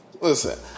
Listen